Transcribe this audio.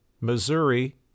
Missouri